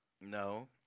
No